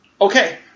okay